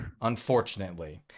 unfortunately